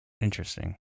Interesting